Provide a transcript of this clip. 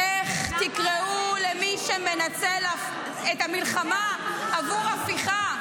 איך תקראו למי שמנצל את המלחמה עבור הפיכה?